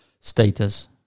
status